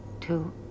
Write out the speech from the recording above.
Two